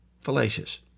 fallacious